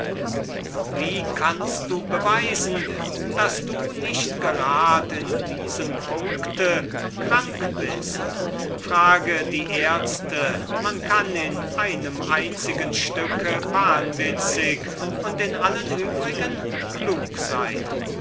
wie kannst du beweisen daß du nicht gerad in diesem punkt krank bist frage die ärzte man kann in einem einzigen stück wahnwitzig und in allen übrigen klug sein